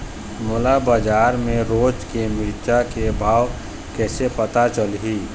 मोला बजार के रोज के मिरचा के भाव कइसे पता चलही?